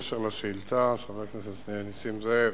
בקשר לשאילתא של חבר הכנסת נסים זאב,